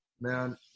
man